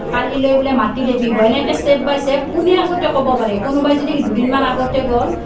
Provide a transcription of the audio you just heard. কালিলৈ বোলে মাটি লেপিব এনেকৈ ষ্টেপ বাই ষ্টেপ কোনে আগতে ক'ব পাৰে কোনোবাই যদি দুদিনমান আগতে গ'ল